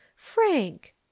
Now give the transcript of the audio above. frank